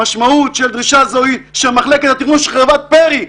המשמעות של דרישה זו הוא שמחלקת --- של חברת פרי,